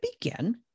begin